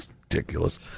ridiculous